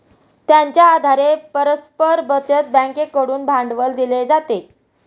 त्यांच्या आधारे परस्पर बचत बँकेकडून भांडवल दिले जाते